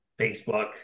Facebook